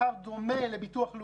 טלפון לעיוורים.